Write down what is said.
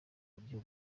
buryo